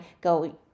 go